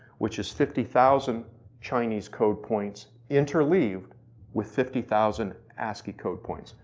which is fifty thousand chinese code points interleaved with fifty thousand ascii code points.